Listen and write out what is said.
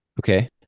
Okay